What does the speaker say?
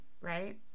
right